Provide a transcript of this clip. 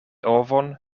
ovon